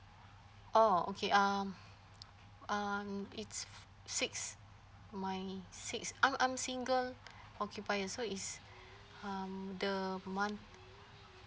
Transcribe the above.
oh okay uh um it's six my six I'm I'm single occupier so is um the month